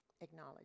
acknowledge